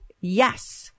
Yes